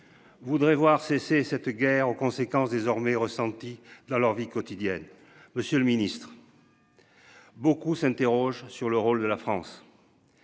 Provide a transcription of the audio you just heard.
Voudraient voir cesser cette guerre aux conséquences désormais ressenti dans leur vie quotidienne. Monsieur le ministre. Beaucoup s'interrogent sur le rôle de la France.